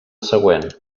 següent